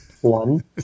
one